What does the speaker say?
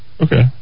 Okay